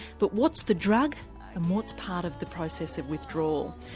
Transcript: but what's the drug, and what's part of the process of withdrawal?